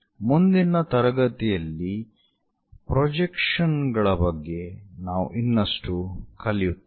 ಮುಂದಿನ ತರಗತಿಯಲ್ಲಿ ಪ್ರೊಜೆಕ್ಷನ್ ಗಳ ಬಗ್ಗೆ ನಾವು ಇನ್ನಷ್ಟು ಕಲಿಯುತ್ತೇವೆ